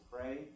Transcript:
Pray